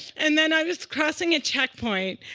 and then i was crossing a checkpoint,